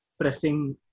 Pressing